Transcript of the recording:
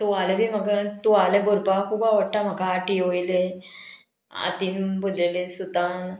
तुवाले बी म्हाका तुवाले भरपाक खूब आवडटा म्हाका आटीवयले हातीन भरलेले सुद्दां